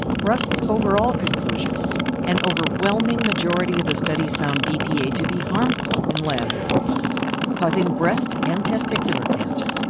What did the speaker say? rust's overall conclusion an overwhelming majority of the studies found bpa to be harmful in lab animals causing breast and testicular cancer,